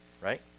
right